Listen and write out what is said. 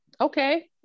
okay